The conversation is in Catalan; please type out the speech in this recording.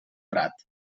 prat